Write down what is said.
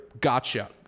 gotcha